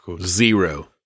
Zero